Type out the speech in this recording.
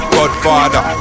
Godfather